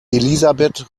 elisabeth